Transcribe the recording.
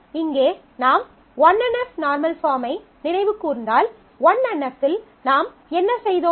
இங்கே நாம் 1 NF normal பாஃர்ம்மை நினைவு கூர்ந்தால் 1 NF இல் நாம் என்ன செய்தோம்